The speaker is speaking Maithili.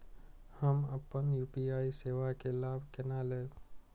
हम अपन यू.पी.आई सेवा के लाभ केना लैब?